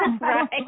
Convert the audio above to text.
Right